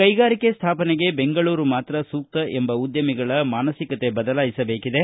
ಕೈಗಾರಿಕೆ ಸ್ವಾಪನೆಗೆ ಬೆಂಗಳೂರು ಮಾತ್ರ ಸೂಕ್ತ ಎಂಬ ಉದ್ದಮಿಗಳ ಮಾನಸಿಕತೆ ಬದಲಾಯಿಸಬೇಕಿದೆ